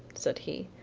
said he,